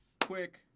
quick